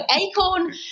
acorn